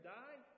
die